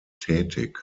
tätig